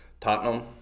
Tottenham –